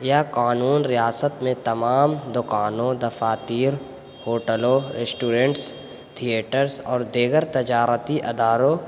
قانون ریاست میں تمام دوکانوں دفاتر ہوٹلوں ریسٹورینٹس تھیئیٹرس اور دیگر تجارتی اداروں